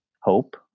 hope